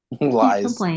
Lies